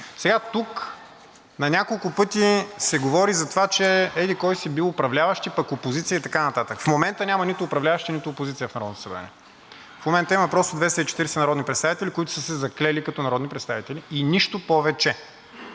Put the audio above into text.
Сега тук на няколко пъти се говори за това, че еди-кой си бил управляващ, пък опозиция и така нататък. В момента няма управляващи, нито опозиция в Народното събрание. В момента има просто 240 народни представители, които са се заклели като народни представители, и нищо повече.